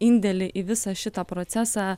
indėlį į visą šitą procesą